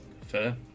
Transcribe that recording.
fair